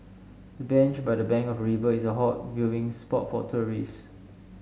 the bench by the bank of river is a hot viewing spot for tourists